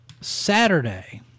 Saturday